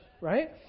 right